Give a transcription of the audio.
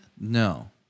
No